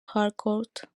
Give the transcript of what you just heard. harcourt